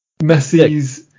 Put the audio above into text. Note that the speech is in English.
Messi's